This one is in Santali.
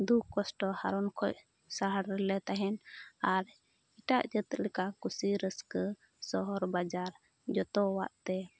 ᱫᱩᱠᱷ ᱠᱚᱥᱴᱚ ᱦᱟᱨᱚᱱ ᱠᱷᱚᱡ ᱥᱟᱦᱟ ᱨᱮᱞᱮ ᱛᱟᱦᱮᱱ ᱟᱨ ᱮᱴᱟᱜ ᱡᱟᱹᱛ ᱞᱮᱠᱟ ᱠᱩᱥᱤ ᱨᱟᱹᱥᱠᱟᱹ ᱥᱚᱦᱚᱨ ᱵᱟᱡᱟᱨ ᱡᱚᱛᱚᱣᱟᱜ ᱛᱮ